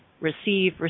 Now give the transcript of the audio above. Receive